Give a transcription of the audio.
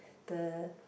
the